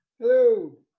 Hello